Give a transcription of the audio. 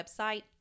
website